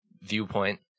viewpoint